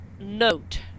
note